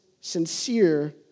sincere